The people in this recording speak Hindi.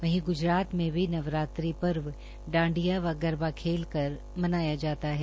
वहीं गुजराज में भी नवरात्री पर्व डांडिया व गरबा खेल कर मनाया जा रहा है